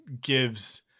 gives